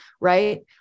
right